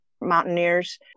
mountaineers